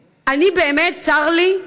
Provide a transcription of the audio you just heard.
באמת, צר לי,